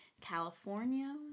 California